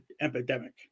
epidemic